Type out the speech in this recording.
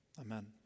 Amen